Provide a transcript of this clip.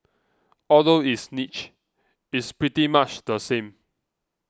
although it's niche it's pretty much the same